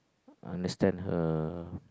understand her